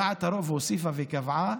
דעת הרוב הוסיפה וקבעה,